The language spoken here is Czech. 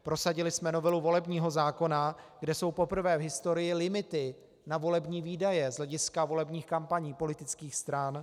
Prosadili jsme novelu volebního zákona, kde jsou poprvé v historii limity na volební výdaje z hlediska volebních kampaní politických stran.